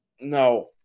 No